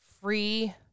free